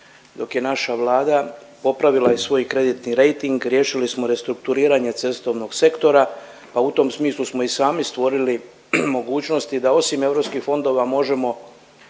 dok je naša Vlada popravila i svoj kreditni rejting, riješili smo restrukturiranje cestovnog sektora, a u tom smislu smo i sami stvorili mogućnosti da osim europskih fondova možemo